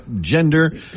gender